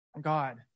God